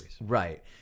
Right